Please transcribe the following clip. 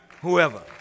Whoever